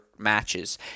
Matches